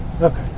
okay